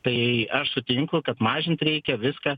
tai aš sutinku kad mažint reikia viską